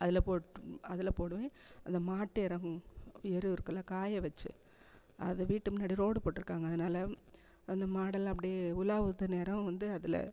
அதில் போட்டு அதில் போடுவேன் அந்த மாட்டு எருகும் எரு இருக்குல்லை காய வச்சு அது வீட்டு முன்னாடி ரோடு போட்டிருக்காங்க அதனால அந்த மாடெல்லாம் அப்டேயே உலா வந்த நேரம் வந்து அதில்